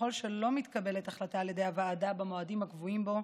ככל שלא מתקבלת החלטה על ידי הוועדה במועדים הקבועים בו,